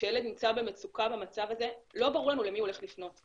כשילד נמצא במצוקה במצב הזה לא ברור לנו למי הוא הולך לפנות.